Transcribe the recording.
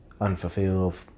unfulfilled